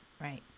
right